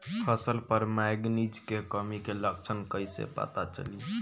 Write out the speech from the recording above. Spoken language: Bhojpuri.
फसल पर मैगनीज के कमी के लक्षण कईसे पता चली?